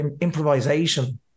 improvisation